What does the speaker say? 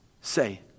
say